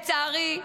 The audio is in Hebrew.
לצערי,